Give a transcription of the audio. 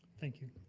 thank you.